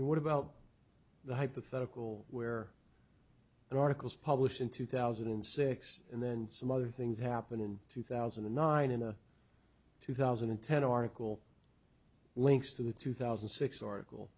and what about the hypothetical where and articles published in two thousand and six and then some other things happen in two thousand and nine and two thousand and ten article links to the two thousand and six article